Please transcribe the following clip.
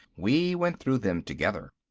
we went through them together.